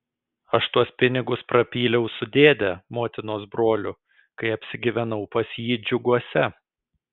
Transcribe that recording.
aš tuos pinigus prapyliau su dėde motinos broliu kai apsigyvenau pas jį džiuguose